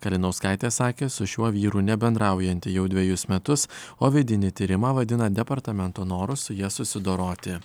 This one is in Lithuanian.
kalinauskaitė sakė su šiuo vyru nebendraujanti jau dvejus metus o vidinį tyrimą vadina departamento noru su ja susidoroti